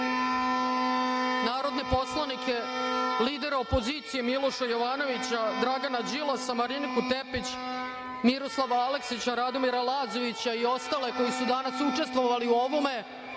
narodne poslanike, lidera opozicije Miloša Jovanovića, Dragana Đilasa, Mariniku Tepić, Miroslava Aleksića, Radomira Lazovića i ostale koji su danas učestvovali u ovome,